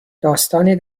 داستانی